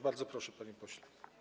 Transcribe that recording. Bardzo proszę, panie pośle.